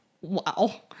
Wow